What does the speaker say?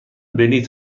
بلیط